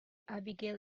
abigail